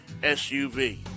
SUV